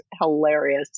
hilarious